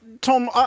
Tom